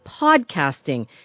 podcasting